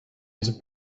his